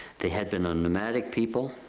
they had been a nomadic people,